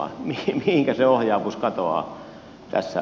mihinkä se ohjaavuus katoaa tässä